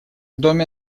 доме